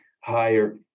higher